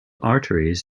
arteries